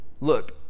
Look